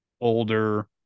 older